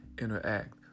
interact